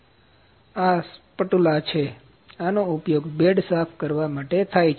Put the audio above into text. આ સ્પટુલા છે આનો ઉપયોગ બેડ સાફ કરવા માટે થાય છે